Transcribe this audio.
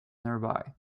nearby